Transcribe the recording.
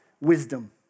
wisdom